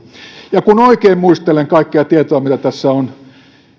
kun oikein muistelen kaikkea tietoa mitä tässä on